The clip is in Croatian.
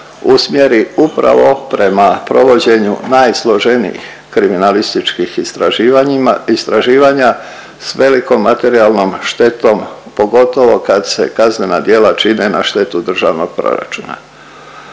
usmjeri upravo prema provođenju najsloženijih kriminalističkih istraživanjima, istraživanja s velikom materijalnom štetom pogotovo kad se kaznena djela čine na štetu državnog proračuna.